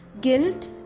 Guilt